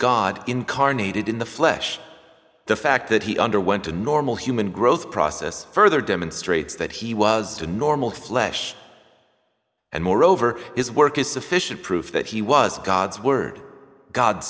god incarnated in the flesh the fact that he underwent a normal human growth process further demonstrates that he was to normal flesh and moreover his work is sufficient proof that he was god's word god